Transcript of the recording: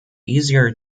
easier